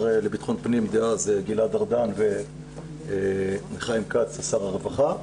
לבט"פ דאז גלעד ארדן וחיים כץ שר הרווחה,